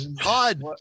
Todd